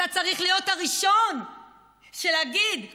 הגענו לאליטה.